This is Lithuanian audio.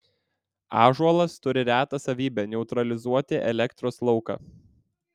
ąžuolas turi retą savybę neutralizuoti elektros lauką